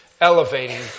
elevating